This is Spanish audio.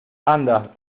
anda